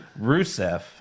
Rusev